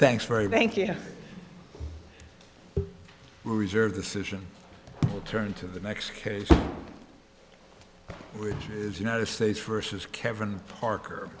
thanks very very reserve decision will turn to the next case which is united states versus kevin parker